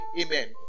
amen